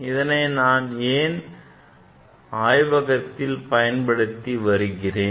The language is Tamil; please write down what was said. இதனை நான் என் ஆய்வகத்தில் பயன்படுத்தி வருகிறேன்